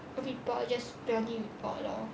report just purely report lor